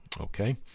Okay